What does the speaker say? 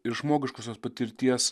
ir žmogiškosios patirties